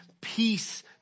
peace